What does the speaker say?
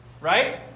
Right